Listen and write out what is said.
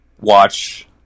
watch